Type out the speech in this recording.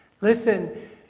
Listen